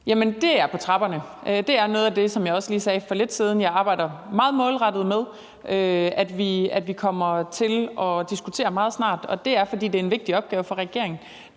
Det er på trapperne. Det er noget af det, som jeg, som jeg også lige sagde for lidt siden, arbejder meget målrettet med at vi kommer til at diskutere meget snart, og det er, fordi det er en vigtig opgave for regeringen.